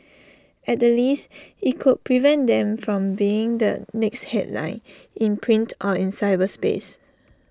at the least IT could prevent them from being the next headline in print or in cyberspace